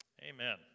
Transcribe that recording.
amen